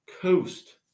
coast